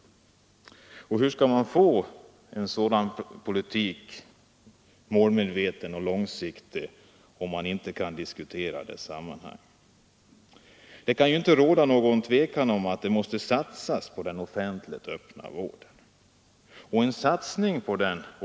Hur skall man få en politik målmedveten och långsiktig om man inte kan diskutera den i ett större sammanhang? Det kan inte råda något tvivel om att man måste satsa på den offentliga öppna vården.